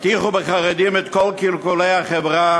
הטיחו בחרדים את כל קלקולי החברה